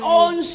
own